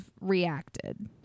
reacted